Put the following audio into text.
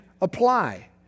apply